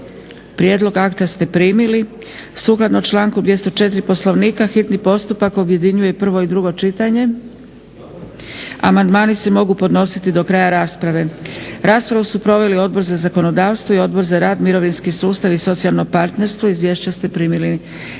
Prijedlog akta ste primili. Sukladno članku 204. Poslovnika hitni postupak objedinjuje prvo i drugo čitanje. Amandmani se mogu podnositi do kraja rasprave. Raspravu su proveli Odbor za zakonodavstvo i Odbor za rad, mirovinski sustav i socijalno partnerstvo. Izvješća ste primili